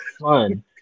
fun